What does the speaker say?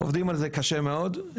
עובדים על זה קשה מאוד,